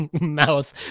mouth